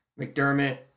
McDermott